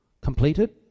Completed